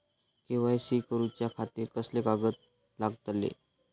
KYC करूच्या खातिर कसले कागद लागतले?